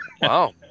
Wow